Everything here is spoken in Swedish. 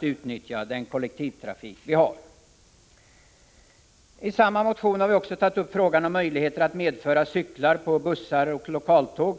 utnyttjande av den kollektivtrafik vi har. I samma motion har vi också tagit upp frågan om möjligheter att medföra cyklar på bussar och lokaltåg.